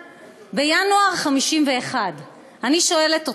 בינואר 1951. אני שואלת אתכם,